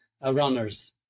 runners